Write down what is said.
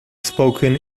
spoken